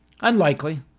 Unlikely